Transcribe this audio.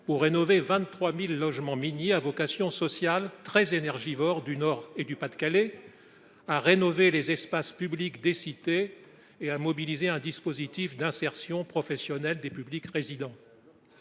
pour rénover 23 000 logements miniers à vocation sociale très énergivores du Nord et du Pas de Calais, à rénover les espaces publics des cités et à mobiliser un dispositif d’insertion professionnelle des publics résidents.